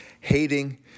hating